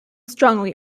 strongly